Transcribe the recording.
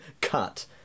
cut